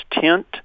tint